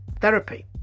Therapy